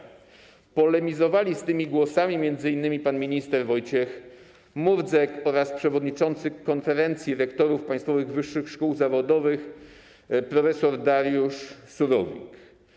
Z tymi głosami polemizowali m.in. pan minister Wojciech Murdzek oraz przewodniczący Konferencji Rektorów Państwowych Wyższych Szkół Zawodowych prof. Dariusz Surowik.